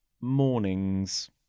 mornings